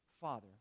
Father